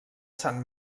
sant